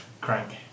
Crank